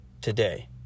today